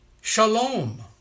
Shalom